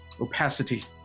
opacity